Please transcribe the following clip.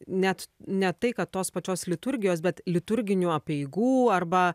net ne tai kad tos pačios liturgijos bet liturginių apeigų arba